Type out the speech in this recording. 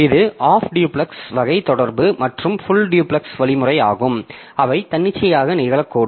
இது half duplex வகை தொடர்பு மற்றும் ஃபுல் டியூப்லெக்ஸ் வழிமுறையாகும் அவை தன்னிச்சையாக நிகழக்கூடும்